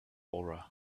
aura